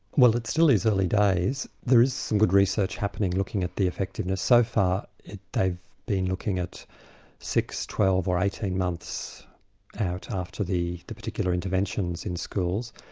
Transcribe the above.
well it still is early days. there is some good research happening looking at the effectiveness. so far they've been looking at six, twelve or eighteen months out after the the particular interventions in schools.